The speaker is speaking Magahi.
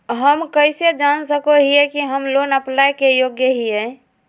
हम कइसे जान सको हियै कि हम लोन अप्लाई के योग्य हियै?